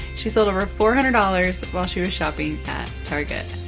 she sold over four hundred dollars while she was shopping at target.